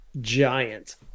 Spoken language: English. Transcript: giant